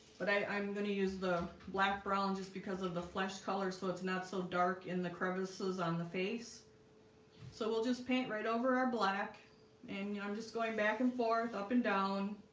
but i i'm gonna use the black brown just because of the flesh color. so it's not so dark in the crevices on the face so we'll just paint right over our black and yeah i'm just going back and forth up and down